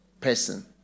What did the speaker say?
person